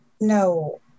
No